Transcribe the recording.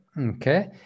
okay